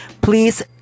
please